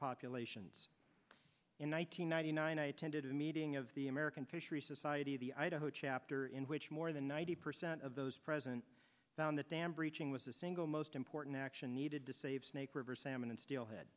populations in one nine hundred ninety nine i attended a meeting of the american fishery society the idaho chapter in which more than ninety percent of those present found the dam breaching was the single most important action needed to save snake river salmon and st